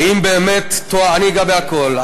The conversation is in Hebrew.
האם באמת טוהר, לא, אני אגע בכול.